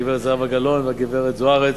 גברת זהבה גלאון וגברת זוארץ,